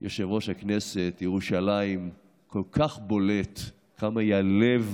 יושב-ראש הכנסת, ירושלים, כל כך בולט כמה היא הלב